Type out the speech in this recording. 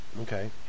Okay